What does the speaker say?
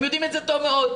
הם יודעים את זה טוב מאוד.